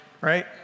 right